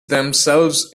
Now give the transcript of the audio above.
themselves